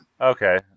Okay